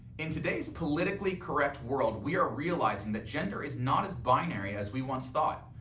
in today's politically correct world we are realizing that gender is not as binary as we once thought.